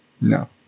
No